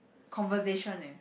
conversation eh